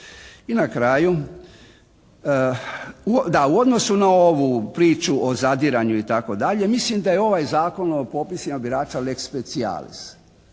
I na kraju, da u odnosu na ovu priču o zadiranju itd. mislim da je ovaj Zakon o popisima birača lex specialis,